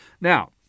Now